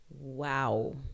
Wow